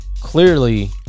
clearly